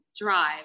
drive